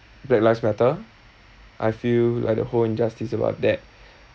black lives matter I feel like the whole injustice about that